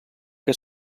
que